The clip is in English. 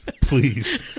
Please